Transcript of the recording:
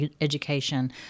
education